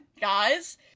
guys